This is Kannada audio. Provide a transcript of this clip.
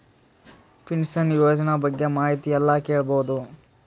ಪಿನಶನ ಯೋಜನ ಬಗ್ಗೆ ಮಾಹಿತಿ ಎಲ್ಲ ಕೇಳಬಹುದು?